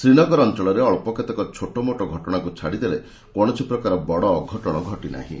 ଶ୍ରୀନଗର ଅଞ୍ଚଳରେ ଅଳ୍ପ କେତେକ ଛୋଟମୋଟ ଘଟଣାକୁ ଛାଡ଼ିଦେଲେ କୌଣସି ପ୍ରକାର ବଡ଼ ଅଘଟଣ ଘଟିନାହିଁ